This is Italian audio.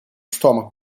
stomaco